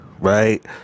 right